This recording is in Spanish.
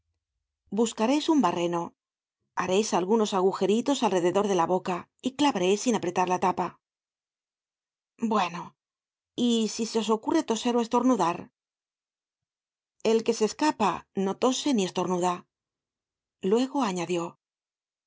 ahogo buscareis un barreno hareis algunos agujeritos alrededor de la boca y clavareis sin apretar la tapa bueno t y si se os ocurre toser ó estornudar content from google book search generated at el que se escapa no tose ni estornuda luego añadió